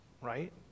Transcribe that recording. right